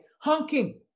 honking